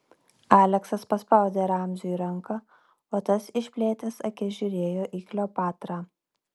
aleksas paspaudė ramziui ranką o tas išplėtęs akis žiūrėjo į kleopatrą